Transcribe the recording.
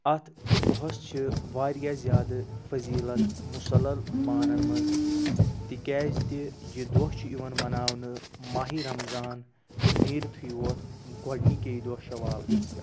اَتھ دۄہَس چھِ واریاہ زیادٕ فضیٖلَت مُسلَل مانن منٛز تِکیازِ تہِ یہِ دۄہ چھُ یِوان مَناونہٕ ماہِ رمزان نیٖرتھٕے یوت گۄڈٕنِکے دۄہ شَوال کِس